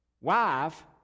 wife